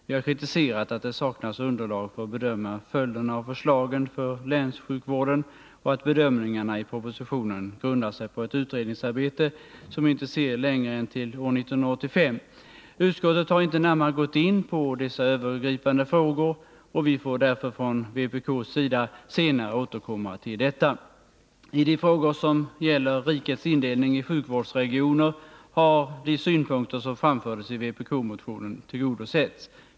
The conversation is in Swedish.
Vi har kritiserat att det saknas underlag för att bedöma följderna av förslagen för länssjukvården och att bedömningarna i propositionen grundar sig på ett utredningsarbete som inte ser längre än till år 1985. Utskottet har inte närmare gått in på dessa övergripande frågor, och vi får därför från vpk:s sida senare återkomma till detta. I de frågor som gäller rikets indelning i sjukvårdsregioner har de synpunkter som framfördes i vpk-motionen tillgodosetts.